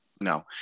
no